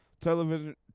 Television